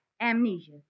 amnesia